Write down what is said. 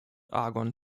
argon